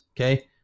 okay